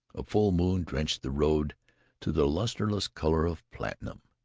a full moon drenched the road to the lustreless colour of platinum,